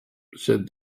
said